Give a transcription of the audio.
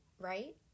right